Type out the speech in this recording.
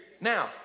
Now